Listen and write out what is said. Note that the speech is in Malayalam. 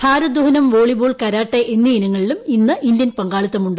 ഭാരോദാഹനം വോളിബോൾ കരാട്ടെ എന്നീ ഇനങ്ങളിലും ഇന്ന് ഇന്ത്യൻ പങ്കാളിത്തമുണ്ട്